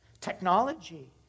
Technology